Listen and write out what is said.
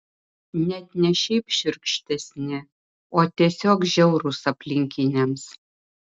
net ne šiaip šiurkštesni o tiesiog žiaurūs aplinkiniams